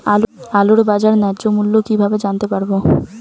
আলুর বাজার ন্যায্য মূল্য কিভাবে জানতে পারবো?